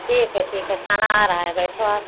ठीक है ठीक है खाना आ रहा है बैठो आप